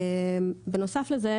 בנוסף לזה,